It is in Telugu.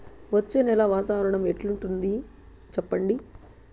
వచ్చే నెల వాతావరణం ఎట్లుంటుంది చెప్పండి?